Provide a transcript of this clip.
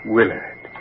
Willard